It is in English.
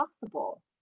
possible